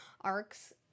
arcs